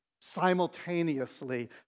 simultaneously